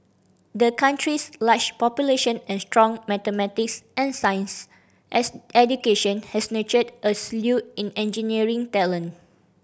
the country's large population and strong mathematics and science education has nurtured a slew in engineering talent